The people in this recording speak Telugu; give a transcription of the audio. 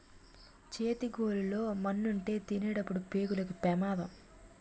చేతి గోళ్లు లో మన్నుంటే తినినప్పుడు పేగులకు పెమాదం